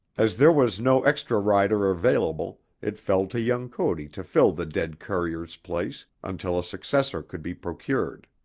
as there was no extra rider available, it fell to young cody to fill the dead courier's place until a successor could be procured.